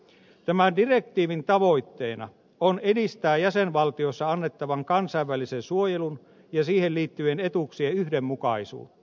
tämän direktiivin tavoitteena on edistää jäsenvaltioissa annettavan kansainvälisen suojelun ja siihen liittyvien etuuksien yhdenmukaisuutta